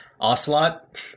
ocelot